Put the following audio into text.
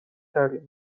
کردیم